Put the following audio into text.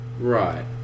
Right